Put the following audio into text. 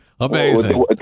Amazing